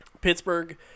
pittsburgh